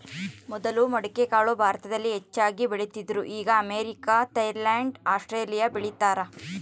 ಮೊದಲು ಮಡಿಕೆಕಾಳು ಭಾರತದಲ್ಲಿ ಹೆಚ್ಚಾಗಿ ಬೆಳೀತಿದ್ರು ಈಗ ಅಮೇರಿಕ, ಥೈಲ್ಯಾಂಡ್ ಆಸ್ಟ್ರೇಲಿಯಾ ಬೆಳೀತಾರ